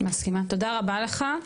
מסכימה תודה רבה לך,